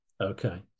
Okay